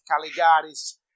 Caligari's